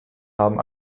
haben